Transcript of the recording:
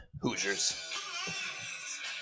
Hoosiers